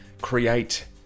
create